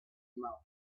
mouth